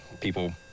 people